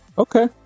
Okay